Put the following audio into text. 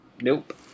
Nope